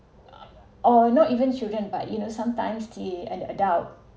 uh not even children but you know sometimes the an adult